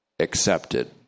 Accepted